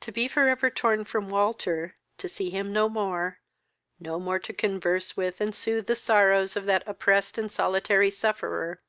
to be for ever torn from walter to see him no more no more to converse with and soothe the sorrows of that oppressed and solitary sufferer